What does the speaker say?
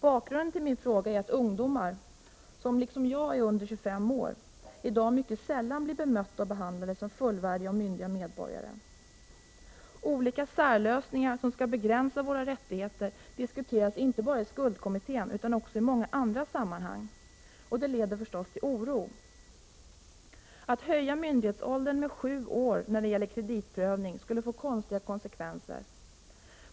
Bakgrunden till min fråga är att ungdomar som liksom jag är under 25 år i dag mycket sällan blir bemötta och behandlade som fullvärdiga och myndiga medborgare. Olika särlösningar som skall begränsa våra rättigheter diskuterasinte bara i skuldkommittén utan också i många andra sammanhang. Detta leder naturligtvis till oro. Att höja myndighetsåldern med sju år när det gäller kreditprövning skulle få konstiga konsekvenser.